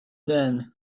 then